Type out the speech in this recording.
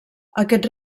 aquest